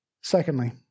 Secondly